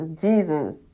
Jesus